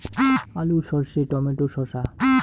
আলু সর্ষে টমেটো শসা